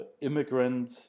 immigrant